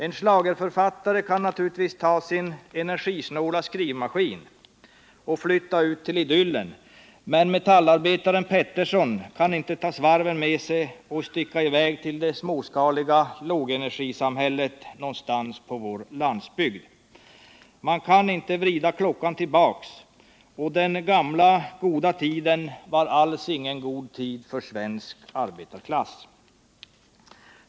En schlagerförfattare kan naturligtvis ta sin energisnåla skrivmaskin och flytta ut till idyllen, men metallarbetaren Pettersson kan inte ta svarven med sig och sticka i väg till det småskaliga lågenergisamhället någonstans på vår landsbygd. Man kan inte vrida klockan tillbaka, och den ”gamla goda tiden” var alls ingen god tid för svensk arbetarklass.